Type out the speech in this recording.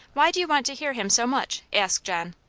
why do you want to hear him so much? asked john.